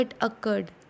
occurred